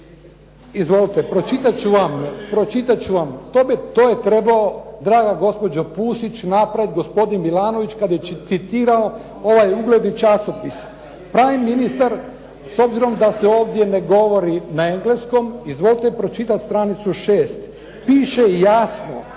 izvolite, pročitat ću vam, to je trebao, drago gospođo Pusić, napraviti gospodin Milanović kada je citirao ovaj ugledni časopis. …/Govornik se ne razumije./… ministar, s obzirom da se ovdje ne govori na engleskom, izvolite pročitati stranicu 6. Piše jasno: